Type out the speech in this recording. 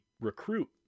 recruit